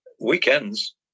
weekends